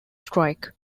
strike